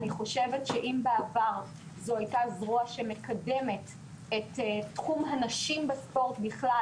אני חושבת שאם בעבר זו הייתה זרוע שמקדמת את תחום הנשים בספורט בכלל,